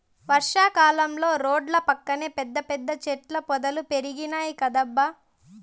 వర్షా కాలంలో రోడ్ల పక్కన పెద్ద పెద్ద చెట్ల పొదలు పెరిగినాయ్ కదబ్బా